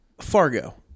Fargo